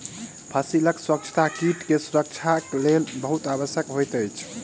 फसीलक स्वच्छता कीट सॅ सुरक्षाक लेल बहुत आवश्यक होइत अछि